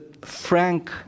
frank